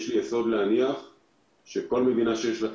יש לי יסוד להניח שלכל מדינה שיש לה את